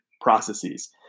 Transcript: processes